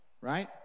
right